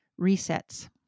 resets